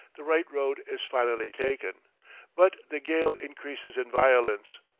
the right road is finally taken but the gale increases in violence,